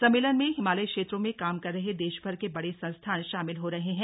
सम्मेलन में हिमालयी क्षेत्रों में काम कर रहे देशभर के बड़े संस्थान शामिल हो रहे हैं